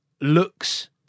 looks